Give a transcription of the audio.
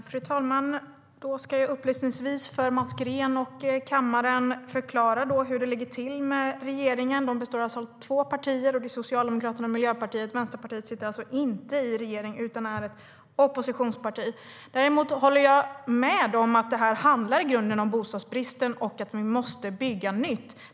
Fru talman! Jag ska upplysningsvis, för Mats Green och kammaren, förklara hur det ligger till med regeringen. Den består av två partier, nämligen Socialdemokraterna och Miljöpartiet. Vänsterpartiet sitter alltså inte i regeringen utan är ett oppositionsparti. Däremot håller jag med om att det här i grunden handlar om bostadsbristen och om att vi måste bygga nytt.